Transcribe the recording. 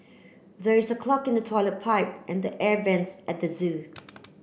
there is a clog in the toilet pipe and the air vents at zoo